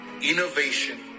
innovation